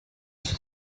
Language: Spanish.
sus